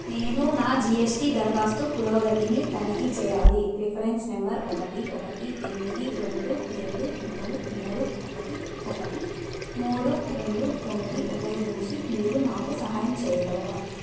నేను నా G S T దరఖాస్తు పురోగతిని తనిఖీ చేయాలి రిఫరెన్స్ నెంబర్ ఒకటి ఒకటి ఎనిమిది రెండు ఏడు మూడు మూడు ఒకటి ఒకటి మూడు రెండు తొమ్మిది ఉపయోగించి మీరు నాకు సహాయం చేయగలరా